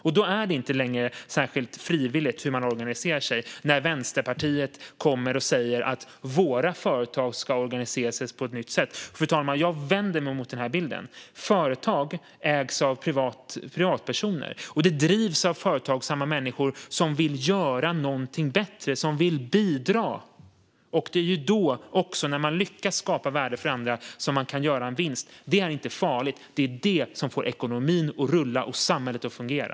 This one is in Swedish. Men det är inte längre särskilt frivilligt hur man organiserar sig när Vänsterpartiet kommer och säger att "våra företag" ska organisera sig på ett nytt sätt. Fru talman! Jag vänder mig emot den här bilden. Företag ägs av privatpersoner och drivs av företagsamma människor som vill göra någonting bättre och som vill bidra. Det är också när man lyckas skapa värde för andra som man kan göra en vinst. Det är inte farligt; det är det som får ekonomin att rulla och samhället att fungera.